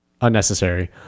unnecessary